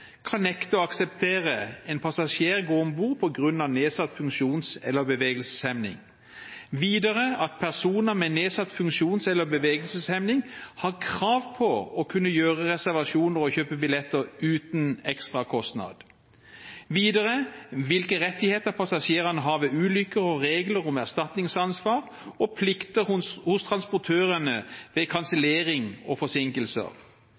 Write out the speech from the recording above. kan nekte en passasjer å gå om bord på grunn av nedsatt funksjonsevne eller bevegelseshemning. Videre betyr det at personer med nedsatt funksjonsevne eller bevegelseshemning har krav på å kunne gjøre reservasjoner og kjøpe billetter uten ekstra kostnad. Videre gjelder det hvilke rettigheter passasjerene har ved ulykker og regler om erstatningsansvar og plikter hos transportørene ved kansellering og forsinkelser.